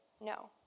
No